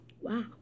Wow